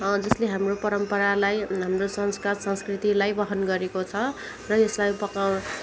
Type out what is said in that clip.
जसले हाम्रो परम्परालाई हाम्रो संस्कार संस्कृतिलाई वहन गरेको छ र यसलाई पकाउन